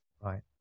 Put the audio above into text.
Right